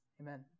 Amen